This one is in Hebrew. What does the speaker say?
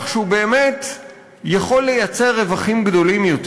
שהוא באמת יכול לייצר רווחים גדולים יותר,